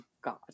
God